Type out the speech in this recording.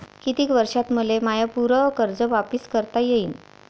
कितीक वर्षात मले माय पूर कर्ज वापिस करता येईन?